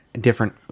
different